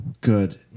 good